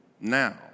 now